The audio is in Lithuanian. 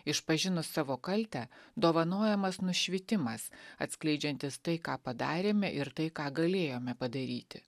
išpažinus savo kaltę dovanojamas nušvitimas atskleidžiantis tai ką padarėme ir tai ką galėjome padaryti